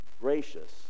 gracious